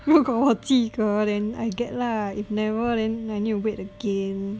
如果我及格 then I get lah if never then I need to wait again